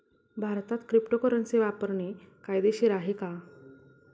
भारतात क्रिप्टोकरन्सी वापरणे कायदेशीर आहे का?